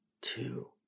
two